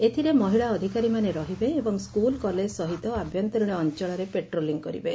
ଏଥରେ ମହିଳା ଅଧିକାରୀମାନେ ରହିବେ ଏବଂ ସ୍କୁଲ୍ କଲେଜ୍ ସହିତ ଆଭ୍ୟନ୍ତରିଣ ଅଞ୍ଞଳରେ ପାଟ୍ରୋଲିଂ କରିବେ